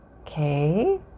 Okay